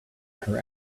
her